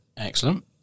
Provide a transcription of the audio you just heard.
Excellent